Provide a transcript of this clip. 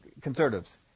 conservatives